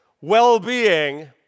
well-being